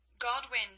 Godwin